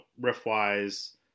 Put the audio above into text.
riff-wise